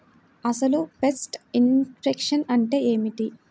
అసలు pest infection అంటే ఏమిటి?